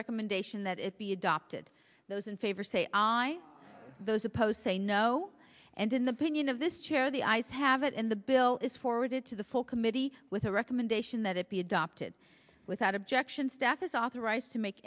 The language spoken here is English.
recommendation that it be adopted those in favor say aye those opposed say no and in the pinion of this chair the eyes have it in the bill is forwarded to the full committee with a recommendation that it be adopted without objection staff is authorized to make